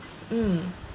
mm